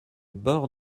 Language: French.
bord